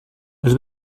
els